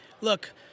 Look